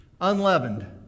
unleavened